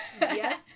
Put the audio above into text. Yes